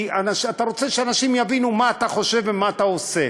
כי אתה רוצה שאנשים יבינו מה אתה חושב ומה אתה עושה.